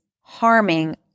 harming